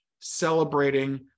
celebrating